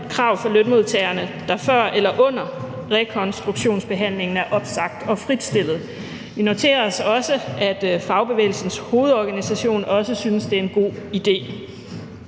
et krav fra lønmodtagerne, der før eller under rekonstruktionsbehandlingen er opsagt og fritstillet. Vi noterer os, at også Fagbevægelsens Hovedorganisation synes, det er en god idé.